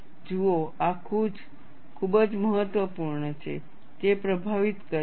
જુઓ આ ખૂબ જ મહત્વપૂર્ણ છે જે પ્રભાવિત કરે છે